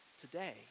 today